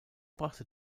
brachte